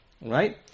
Right